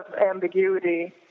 ambiguity